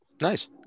Nice